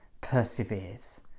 perseveres